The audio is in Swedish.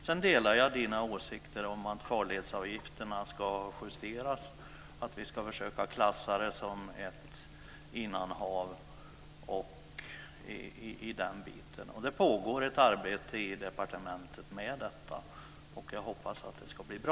Sedan delar jag Viviann Gerdins åsikter om att farledsavgifterna ska justeras och att vi ska försöka att klassa Vänern som ett innanhav. Det pågår ett arbete med detta i departementet, och jag hoppas att det ska bli bra.